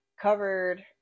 covered